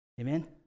Amen